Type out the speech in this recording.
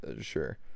sure